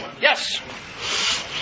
Yes